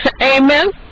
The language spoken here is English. amen